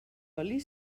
oli